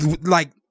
Like-